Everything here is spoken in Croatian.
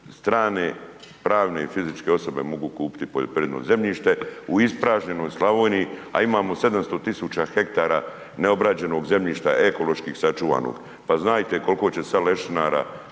strane pravne i fizičke osobe mogu kupiti poljoprivredno zemljište u ispražnjenoj Slavoniji a imamo 700 tisuća hektara neobrađenog zemljišta ekološki sačuvanog. Pa znajte koliko će sad lešinara